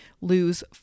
lose